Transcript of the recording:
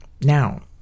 Now